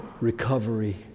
recovery